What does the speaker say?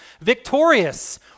victorious